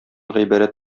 гыйбарәт